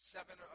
Seven